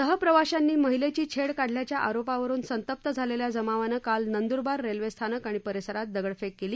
सहप्रवाश्यांनी महिलेची छेड काढल्याच्या आरोपावरून संतप्त झालेल्या जमावानं काल नंद्रबार रेल्वे स्थानक आणि परिसरात दगडफेक केली